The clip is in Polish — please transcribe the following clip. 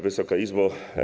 Wysoka Izbo!